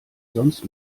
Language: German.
sonst